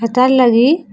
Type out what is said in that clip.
ହେତାର୍ ଲାଗି